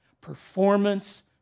Performance